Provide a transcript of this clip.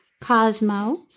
Cosmo